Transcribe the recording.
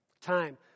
Time